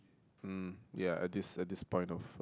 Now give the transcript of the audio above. hmm ya at this at this point of uh